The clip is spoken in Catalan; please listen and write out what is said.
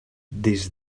des